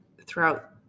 throughout